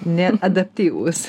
ne adaptyvūs